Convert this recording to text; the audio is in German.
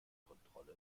kontrolle